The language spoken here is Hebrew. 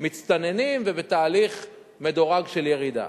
מצטננים ויש תהליך מדורג של ירידה.